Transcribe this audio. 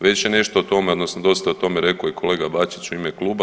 Već je nešto o tome odnosno dosta je o tome rekao i kolega Bačić u ime Kluba.